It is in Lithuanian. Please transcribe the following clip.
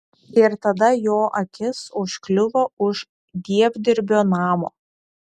ir tada jo akis užkliuvo už dievdirbio namo